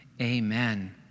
Amen